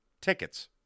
Tickets